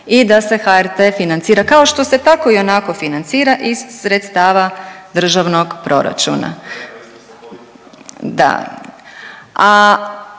i da se HRT financira kao što se tako i onako financira iz sredstava državnog proračuna.